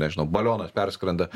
nežinau balionas perskrenda